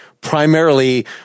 primarily